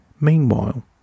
Meanwhile